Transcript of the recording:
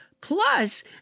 Plus